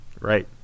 right